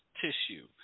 tissue